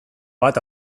bat